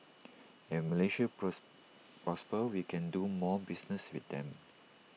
and if Malaysia pros prospers we can do more business with them